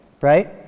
right